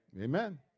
Amen